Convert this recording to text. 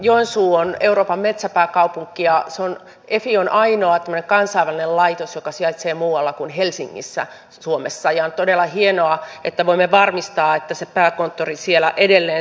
joensuu on euroopan metsäpääkaupunki ja efi on ainoa tämmöinen kansainvälinen laitos joka sijaitsee muualla kuin helsingissä suomessa ja on todella hienoa että voimme varmistaa että se pääkonttori siellä edelleen säilyisi